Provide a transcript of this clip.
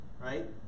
right